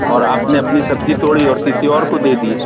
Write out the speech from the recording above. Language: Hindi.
और आपने अपनी सब्जी तोड़ी और किसी और को दे दिए